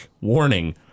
warning